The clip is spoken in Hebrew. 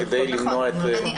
כדי למנוע את --- נכון,